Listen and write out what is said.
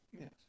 Yes